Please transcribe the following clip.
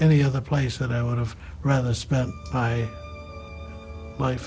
any other place that i would have rather spent my